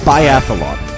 Biathlon